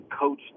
coach